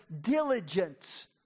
diligence